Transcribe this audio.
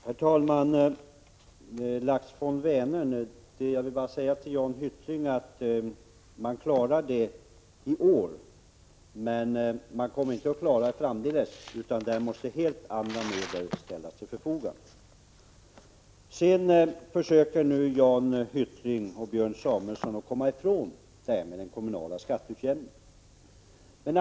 Herr talman! Jag vill säga till Jan Hyttring att man klarar Laxfond för Vänern i år, men det kommer man inte att göra framdeles, utan då måste helt andra medel ställas till förfogande. Nu försöker Jan Hyttring och Björn Samuelson att komma ifrån ansvaret i fråga om den kommunala skatteutjämningen.